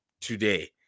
today